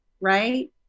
Right